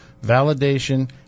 validation